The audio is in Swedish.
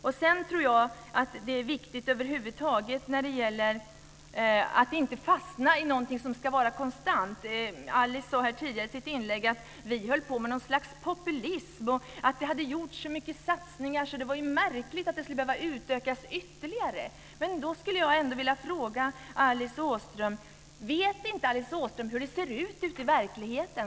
Jag tror också att det är viktigt över huvud taget att inte fastna i någonting som ska vara konstant. Alice sade här tidigare i sitt inlägg att vi håller på med något slags populism och att det hade gjorts så många satsningar så att det var märkligt att det hela skulle behöva utökas ytterligare. Jag vill fråga Alice Åström om hon inte vet hur det ser ut ute i verkligheten.